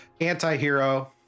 Anti-hero